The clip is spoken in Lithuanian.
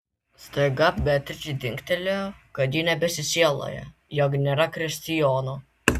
staiga beatričei dingtelėjo kad ji nebesisieloja jog nėra kristijono